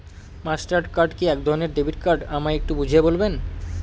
Master card কি একধরণের debit card আমায় একটু বুঝিয়ে বলবেন?